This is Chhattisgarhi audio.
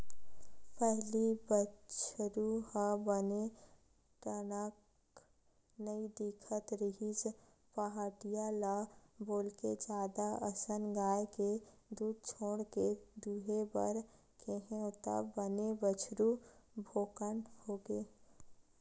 पहिली बछरु ह बने टनक नइ दिखत रिहिस पहाटिया ल बोलके जादा असन गाय के दूद छोड़ के दूहे बर केहेंव तब बने बछरु भोकंड होगे